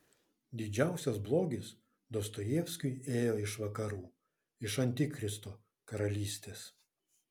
didžiausias blogis dostojevskiui ėjo iš vakarų iš antikristo karalystės